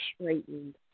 straightened